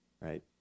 right